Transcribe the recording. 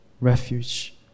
refuge